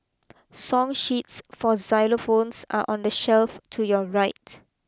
song sheets for xylophones are on the shelf to your right